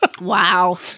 Wow